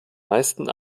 meisten